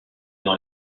dans